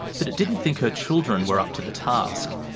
but it didn't think her children were up to the task.